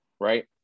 right